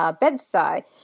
Bedside